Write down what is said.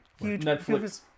Netflix